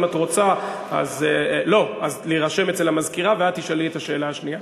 אם את רוצה את יכולה להירשם אצל המזכירה ואת תשאלי את השאלה השנייה.